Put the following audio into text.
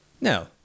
No